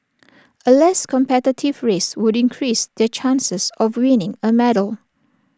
A less competitive race would increase their chances of winning A medal